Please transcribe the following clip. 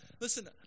Listen